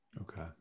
Okay